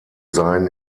seien